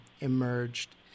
emerged